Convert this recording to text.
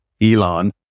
Elon